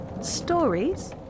Stories